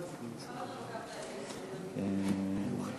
אדוני